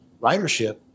ridership